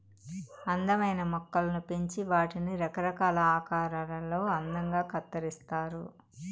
అందమైన మొక్కలను పెంచి వాటిని రకరకాల ఆకారాలలో అందంగా కత్తిరిస్తారు